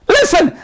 Listen